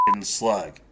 slug